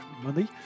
Money